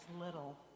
little